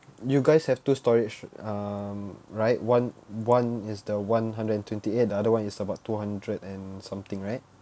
you guys have two storage um right one one is the one hundred and twenty eight the other one is about two hundred and something right